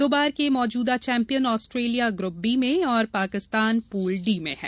दो बार के मौजूदा चैंपियन ऑस्ट्रेलिया ग्रुप बी में और पाकिस्तान पूल डी में हैं